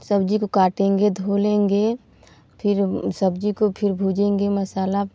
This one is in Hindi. सब्ज़ी को काटेंगे धो लेंगे फिर सब्ज़ी को फिर भुजेंगे मसाला